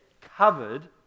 covered